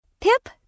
Pip